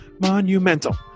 monumental